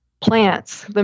Plants